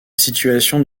situation